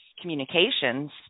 communications